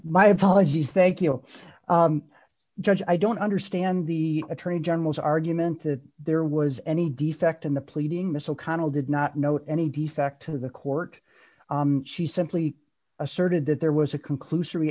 my apologies thank you judge i don't understand the attorney general's argument that there was any defect in the pleading missal connell did not know any defect to the court she simply asserted that there was a conclus